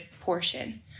portion